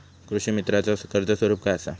कृषीमित्राच कर्ज स्वरूप काय असा?